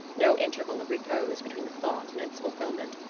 no interval of repose between the thought and its fulfillment.